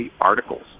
articles